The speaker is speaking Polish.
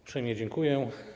Uprzejmie dziękuję.